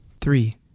Three